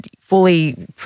fully